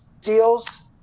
deals